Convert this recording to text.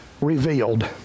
revealed